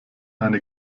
eine